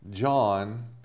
John